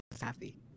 happy